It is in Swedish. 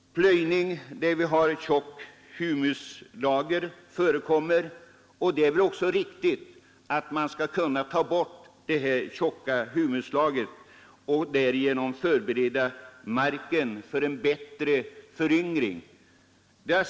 Plöjning förekommer framför allt där det finns tjocka humuslager. Det är väl riktigt att man tar bort det tjocka humuslagret för att därigenom förbereda marken för en snabbare föryngring.